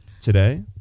today